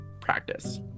practice